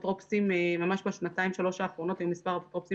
ממש בשנתיים שלוש האחרונות היו מספר אפוטרופוסים